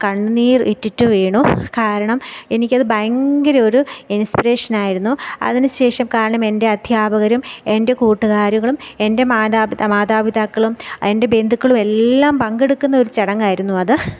കണ്ണുനീർ ഇറ്റിറ്റു വീണു കാരണം എനിക്കത് ഭയങ്കര ഒരു ഇൻസ്പിരേഷൻ ആയിരുന്നു അതിന് ശേഷം കാരണം എൻ്റെ അധ്യാപകരും എൻ്റെ കൂട്ടുകാരും എൻ്റെ മാതാപിതാക്കളും എൻ്റെ ബന്ധുക്കളും എല്ലാം പങ്കെടുക്കുന്ന ഒരു ചടങ്ങായിരുന്നു അത്